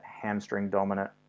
hamstring-dominant